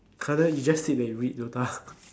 you just said that you read dota